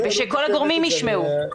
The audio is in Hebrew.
ושכל הגורמים ישמעו.